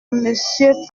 monsieur